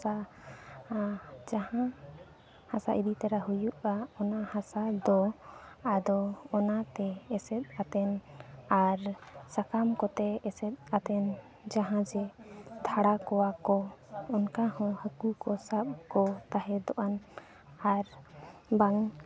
ᱦᱟᱥᱟ ᱡᱟᱦᱟᱸ ᱦᱟᱥᱟ ᱤᱫᱤ ᱛᱚᱨᱟ ᱦᱩᱭᱩᱜᱼᱟ ᱚᱱᱟ ᱦᱟᱥᱟ ᱫᱚ ᱟᱫᱚ ᱚᱱᱟᱛᱮ ᱮᱥᱮᱫ ᱠᱟᱛᱮᱸᱫ ᱟᱨ ᱥᱟᱠᱟᱢ ᱠᱚᱛᱮ ᱮᱥᱮᱫ ᱠᱟᱛᱮᱫ ᱡᱟᱦᱟᱸ ᱡᱮ ᱛᱷᱟᱲᱟ ᱠᱚᱣᱟ ᱠᱚ ᱚᱱᱠᱟ ᱦᱚᱸ ᱦᱟᱠᱩ ᱠᱚ ᱥᱟᱵ ᱠᱚ ᱛᱟᱦᱮᱫᱚᱜ ᱟᱱ ᱟᱨ ᱵᱟᱝ